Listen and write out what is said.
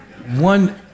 One